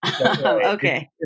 Okay